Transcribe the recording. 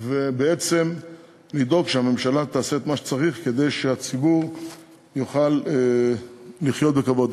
לדאוג שהממשלה תעשה את מה שצריך כדי שהציבור יוכל לחיות בכבוד.